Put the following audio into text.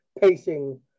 pacing